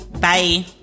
Bye